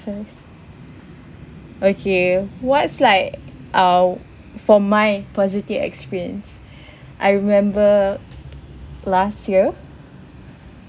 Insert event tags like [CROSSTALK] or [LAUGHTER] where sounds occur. first okay what's like oh for my positive experience [BREATH] I remember last year